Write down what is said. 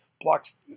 blocks